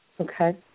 Okay